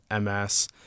MS